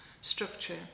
structure